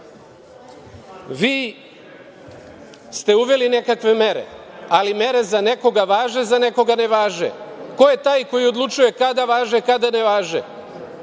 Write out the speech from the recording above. vi ste uveli nekakve mere, ali mere za nekoga važe, za nekoga ne važe. Ko je taj koji odlučuje kada važe, a kada ne važe?